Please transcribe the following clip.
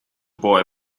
boy